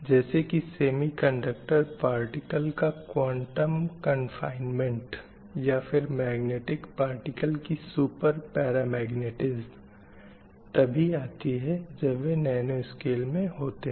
जैसे की semiconductor particle का क्वांटम कन्फ़ायन्मेंट या फिर मैग्नेटिक पार्टिकल की सूपर पैरमैग्नेटिज़म तभी आती है जब वो नैनो स्केल में होते हैं